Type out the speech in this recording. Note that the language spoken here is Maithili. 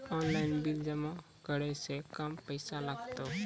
ऑनलाइन बिल जमा करै से कम पैसा लागतै?